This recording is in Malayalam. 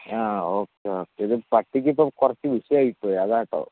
അ ഓക്കെ ഓക്കെ ഇത് പട്ടിക്ക് ഇപ്പം കുറച്ചു വിഷയമായിപ്പോയി അതാട്ടോ